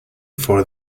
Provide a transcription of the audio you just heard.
for